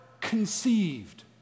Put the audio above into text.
conceived